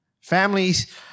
Families